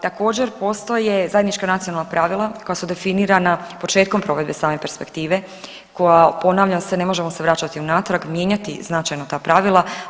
Također postoje zajednička nacionalna pravila koja su definirana početkom provedbe same perspektive koja ponavljam se ne možemo se vraćati unatrag, mijenjati značajno ta pravila.